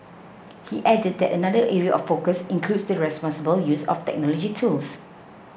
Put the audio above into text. he added that another area of focus includes the responsible use of technology tools